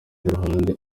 ruhande